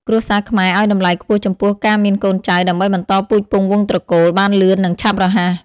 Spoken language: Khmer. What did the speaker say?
គ្រួសារខ្មែរឲ្យតម្លៃខ្ពស់ចំពោះការមានកូនចៅដើម្បីបន្តពូជពង្សវង្សត្រកូលបានលឿននឹងឆាប់រហ័ស ។